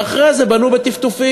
ואחרי זה בנו בטפטופים.